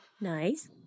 Nice